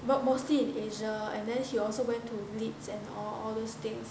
but mostly in Asia and then he also went to Leeds and all all those things